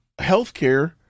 healthcare